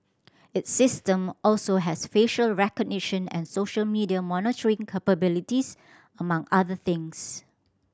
its system also has facial recognition and social media monitoring capabilities among other things